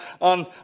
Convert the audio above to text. on